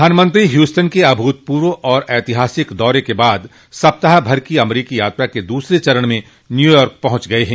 प्रधानमंत्री ह्यूस्टन के अभूतपूर्व और ऐतिहासिक दौरे के बाद सप्ताह भर की अमरीकी यात्रा के दूसरे चरण में न्यूयार्क पहुंच गए हैं